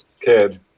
kid